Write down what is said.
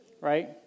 right